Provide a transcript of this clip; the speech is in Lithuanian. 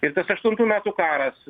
ir tas aštuntų metų karas